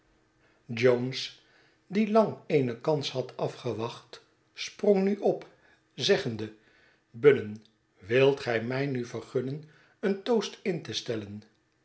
jones die lang eene kans had afgewacht sprong nu op zeggende budden wilt gij mij nu vergunnen een toast in te stellen